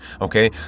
Okay